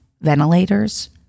ventilators